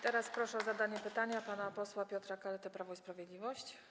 Teraz proszę o zadanie pytania pana posła Piotra Kaletę, Prawo i Sprawiedliwość.